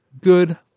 Good